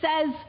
says